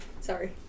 Sorry